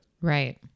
Right